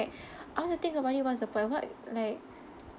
I don't want to think about it what's the point what like